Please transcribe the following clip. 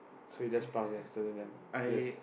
so you just pass them this